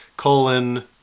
colon